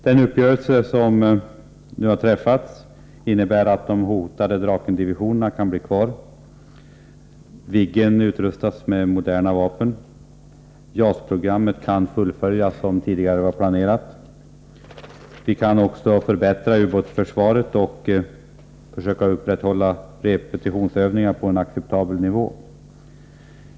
Den uppgörelse som nu har träffats innebär att de hotade Drakendivisionerna kan bli kvar, Viggen utrustas med moderna vapen och JAS-projektet kan fullföljas såsom tidigare var planerat. Vi kan också förbättra ubåtsförsvaret och upprätthålla repetitionsövningen på en acceptabel nivå.